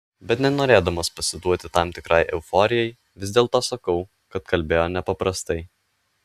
bet nenorėdamas pasiduoti tam tikrai euforijai vis dėlto sakau kad kalbėjo nepaprastai